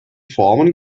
formen